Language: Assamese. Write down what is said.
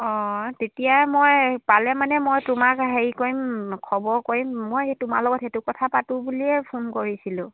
অঁ তেতিয়া মই পালে মানে মই তোমাক হেৰি কৰিম খবৰ কৰিম মই সেই তোমাৰ লগত সেইটো কথা পাতোঁ বুলিয়ে ফোন কৰিছিলোঁ